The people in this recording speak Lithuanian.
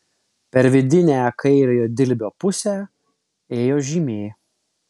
per vidinę kairiojo dilbio pusę ėjo žymė